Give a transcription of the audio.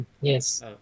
yes